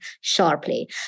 sharply